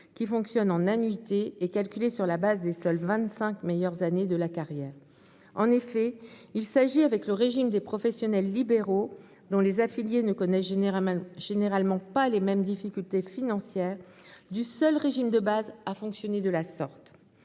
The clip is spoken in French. d'un système par annuités, est calculée sur le fondement des seules vingt-cinq meilleures années de la carrière. En effet, il s'agit, avec le régime des professionnels libéraux, dont les affiliés ne connaissent généralement pas les mêmes difficultés financières, du seul régime de base à fonctionner de la sorte.